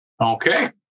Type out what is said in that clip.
Okay